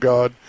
God